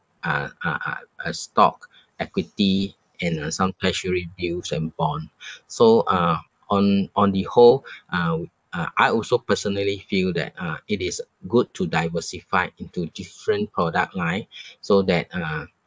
uh uh uh a stock equity and uh some treasury bills and bond so uh on on the whole uh uh I also personally feel that uh it is good to diversify into different product line so that uh